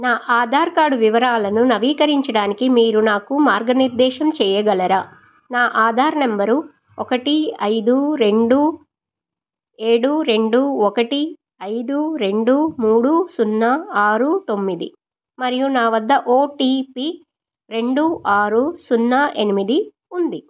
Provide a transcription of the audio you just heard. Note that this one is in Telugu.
నా ఆధార్ కార్డు వివరాలను నవీకరించడానికి మీరు నాకు మార్గనిర్దేశం చేయగలరా నా ఆధార్ నంబరు ఒకటి ఐదు రెండు ఏడు రెండు ఒకటి ఐదు రెండు మూడు సున్నా ఆరు తొమ్మిది మరియు నా వద్ద ఓ టీ పీ రెండు ఆరు సున్నా ఎనిమిది ఉంది